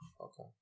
okay